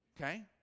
Okay